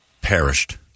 perished